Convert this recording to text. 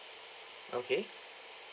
okay